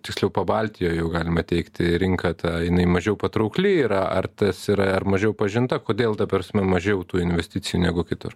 tiksliau pabaltijo jau galima teigti rinka ta jinai mažiau patraukli yra ar tas yra ar mažiau pažinta kodėl ta prasme mažiau tų investicijų negu kitur